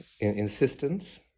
insistent